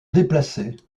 déplacer